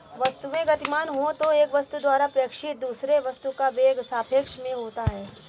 वस्तुएं गतिमान हो तो एक वस्तु द्वारा प्रेक्षित दूसरे वस्तु का वेग सापेक्ष में होता है